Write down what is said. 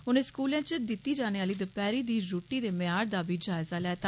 उनें स्कूलें च दित्ती जाने आह्ली दपैहरी दी रूट्टी दे म्यार दा बी जायजा लैता